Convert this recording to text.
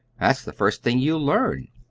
that's the first thing you learn.